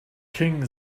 king